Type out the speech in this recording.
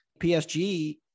PSG